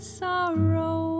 sorrow